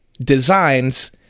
designs